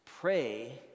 pray